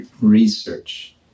research